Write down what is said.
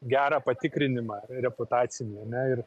gerą patikrinimą reputacinį ane ir